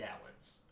gallons